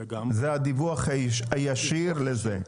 זה הדיווח הישיר לזה?